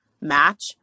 match